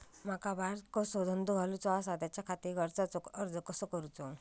माका बारकोसो धंदो घालुचो आसा त्याच्याखाती कर्जाचो अर्ज कसो करूचो?